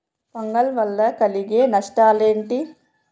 Fungal వల్ల కలిగే నష్టలేంటి?